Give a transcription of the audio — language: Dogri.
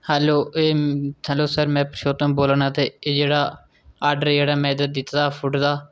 हैलो एह् हैलो सर में पुरुषोतम बोला ना ते एह् जेह्ड़ा ऑर्डर जेह्ड़ा में दित्ता दा फूड दा